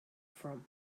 from